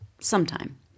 sometime